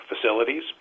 facilities